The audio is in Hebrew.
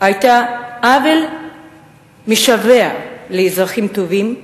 היתה עוול משווע לאזרחים טובים,